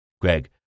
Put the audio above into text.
Greg